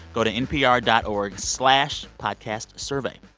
go to npr dot org slash podcastsurvey.